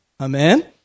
Amen